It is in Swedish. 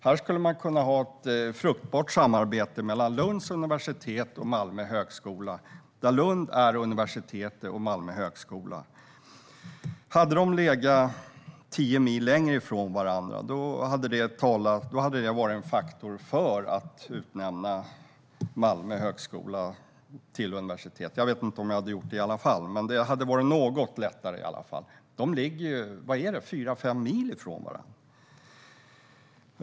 Här skulle man kunna ha ett fruktbart samarbete mellan Lunds universitet och Malmö högskola, där Lund är universitet och Malmö är högskola. Hade lärosätena legat tio mil längre ifrån varandra då hade det varit en faktor som talade för att utnämna Malmö högskola till universitet. Jag vet inte om jag hade ställt mig bakom det i alla fall, men det hade varit något lättare. Malmö och Lund ligger fyra fem mil från varandra.